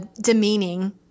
demeaning